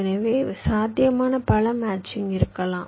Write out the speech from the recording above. எனவே சாத்தியமான பல மேட்சிங் இருக்கலாம்